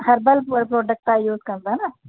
herbal product तव्हां use कंदा न